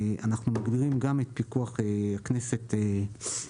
אנחנו מגבים גם את פיקוח הכנסת בשלוש